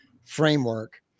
framework